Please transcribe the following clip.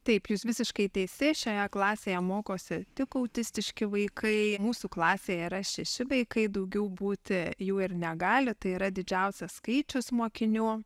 taip jūs visiškai teisi šioje klasėje mokosi tik autistiški vaikai mūsų klasėj yra šeši vaikai daugiau būti jų ir negali tai yra didžiausias skaičius mokinių